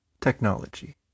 technology